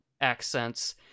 accents